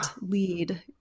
lead